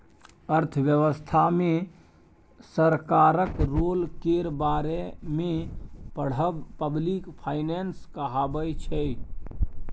अर्थव्यवस्था मे सरकारक रोल केर बारे मे पढ़ब पब्लिक फाइनेंस कहाबै छै